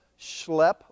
schlep